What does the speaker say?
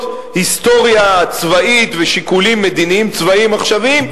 היסטוריה צבאית ושיקולים מדיניים-צבאיים עכשוויים,